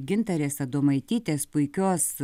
gintarės adomaitytės puikios